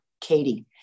Katie